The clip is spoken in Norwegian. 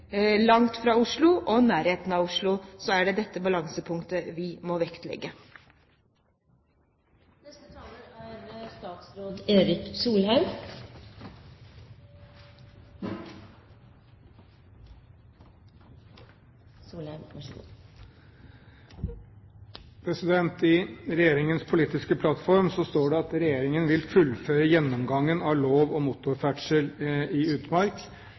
langt fra Oslo og i nærheten av Oslo er det dette balansepunktet vi må vektlegge. I regjeringens politiske plattform står det at regjeringen vil fullføre gjennomgangen av lov om motorferdsel i utmark.